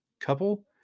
couple